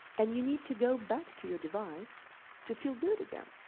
and you need to go back to your device to feel good again.